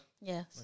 Yes